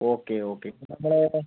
okay okay ഇത് നമ്മള്